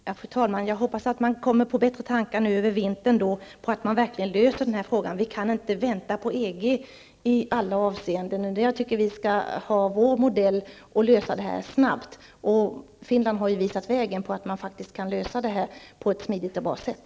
Fru talman! Jag hoppas att man kommer på bättre tankar under vintern, så att problemen löses. Vi kan inte alltid vänta på EG. Vi bör ha vår modell och lösa problemen snabbt. Finland har ju visat att man kan klara det på ett smidigt och bra sätt.